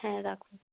হ্যাঁ রাখুন